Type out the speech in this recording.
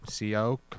CO